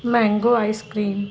mango icecream